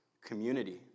community